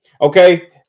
Okay